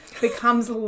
becomes